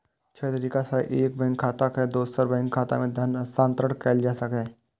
छह तरीका सं एक बैंक खाता सं दोसर बैंक खाता मे धन हस्तांतरण कैल जा सकैए